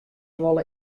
wolle